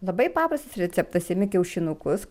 labai paprastas receptas imi kiaušinukus